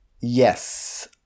Yes